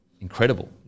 incredible